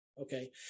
okay